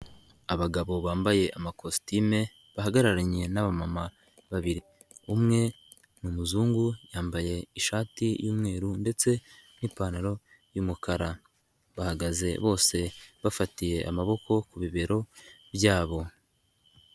Abagabo bambaye amakositime bahagararanye nabama babiri. Umwe ni umuzungu, yambaye ishati y'umweru ndetse n'ipantaro y'umukara. Bahagaze bose bafatiye amaboko ku bibero byabo.